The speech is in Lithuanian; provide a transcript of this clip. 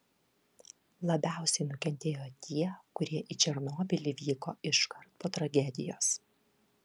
labiausiai nukentėjo tie kurie į černobylį vyko iškart po tragedijos